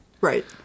Right